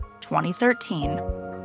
2013